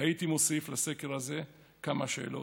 הייתי מוסיף לסקר הזה כמה שאלות